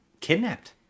kidnapped